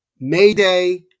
Mayday